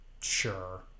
sure